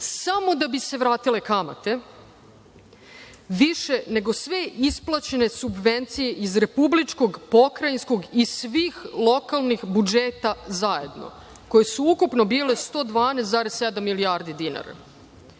samo da bi se vratile kamate, više je nego sve isplaćene subvencije iz republičkog, pokrajinskog i svih lokalnih budžeta zajedno, koji su ukupno bili 112,7 milijardi dinara. Da